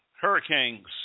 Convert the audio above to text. hurricanes